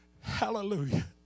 Hallelujah